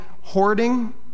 hoarding